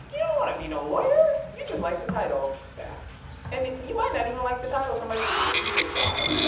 you don't wanna be no lawyer! you just like the title. yeah and, you might not even like the title somebody just gave you this job.